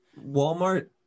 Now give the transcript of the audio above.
Walmart